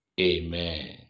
amen